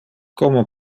como